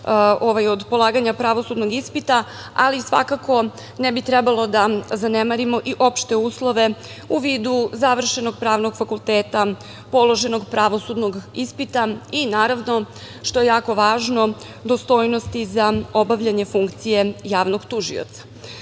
od polaganja pravosudnog ispita, ali svakako, ne bi trebalo da zanemarimo i opšte uslove u vidu završenog Pravnog fakulteta, položenog pravosudnog ispita i naravno, dostojnost za obavljanje funkcije javnog tužioca. Dakle,